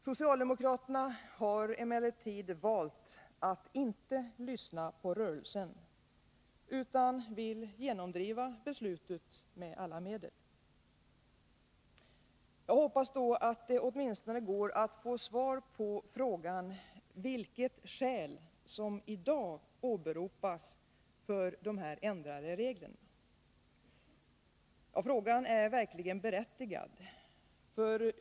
Socialdemokraterna har emellertid valt att inte lyssna på rörelsen utan vill genomdriva beslutet med alla medel. Jag hoppas då att det åtminstone går att få svar på frågan, vilket skäl som i dag åberopas för dessa ändrade regler. Frågan är verkligen berättigad.